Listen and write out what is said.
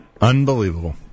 Unbelievable